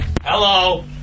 Hello